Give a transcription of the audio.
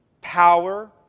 power